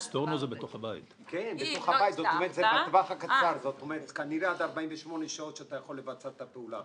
אם לא הצלחת --- כנראה עד 48 שעות שאתה יכול לבצע את הפעולה.